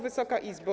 Wysoka Izbo!